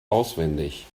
auswendig